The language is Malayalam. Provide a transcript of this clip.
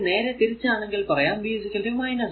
ഇനി നേരെ തിരിച്ചാണെങ്കിൽ പറയാം v - R